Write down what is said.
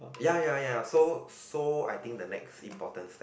ya ya ya so so I think the next important step